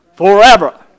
Forever